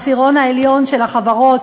העשירון העליון של החברות,